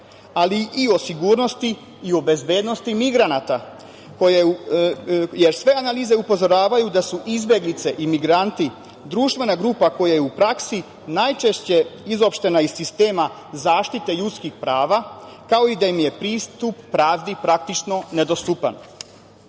ali i o sigurnosti i o bezbednosti migranata, jer sve analize upozoravaju da su izbeglice i migranti društvena grupa koja je u praksi najčešće izopštena iz sistema zaštite ljudskih prava, kao i da im je pristup pravdi, praktično nedostupan. Kada